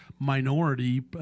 Minority